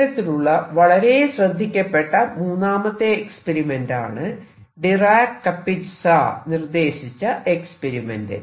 ഇത്തരത്തിലുള്ള വളരെ ശ്രദ്ധിക്കപ്പെട്ട മൂന്നാമത്തെ എക്സ്പെരിമെന്റാണ് ഡിറാക് കപിറ്റ്സ നിർദ്ദേശിച്ച എക്സ്പെരിമെന്റ്